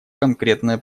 конкретное